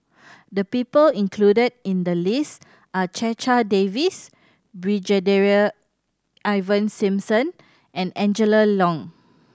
the people included in the list are Checha Davies Brigadier Ivan Simson and Angela Liong